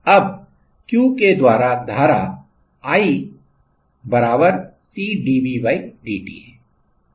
अब Q के द्वारा धारा i बराबर C dVdt है